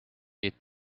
get